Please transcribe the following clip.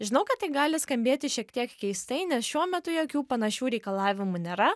žinau kad tai gali skambėti šiek tiek keistai nes šiuo metu jokių panašių reikalavimų nėra